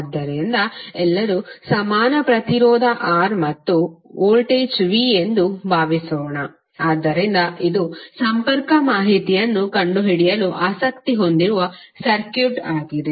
ಆದ್ದರಿಂದ ಎಲ್ಲರೂ ಸಮಾನ ಪ್ರತಿರೋಧ R ಮತ್ತು ಇದು ವೋಲ್ಟೇಜ್ V ಎಂದು ಭಾವಿಸೋಣ ಆದ್ದರಿಂದ ಇದು ಸಂಪರ್ಕ ಮಾಹಿತಿಯನ್ನು ಕಂಡುಹಿಡಿಯಲು ಆಸಕ್ತಿ ಹೊಂದಿರುವ ಸರ್ಕ್ಯೂಟ್ ಆಗಿದೆ